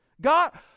God